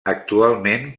actualment